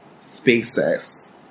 spaces